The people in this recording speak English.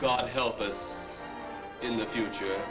god help us in the future